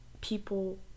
people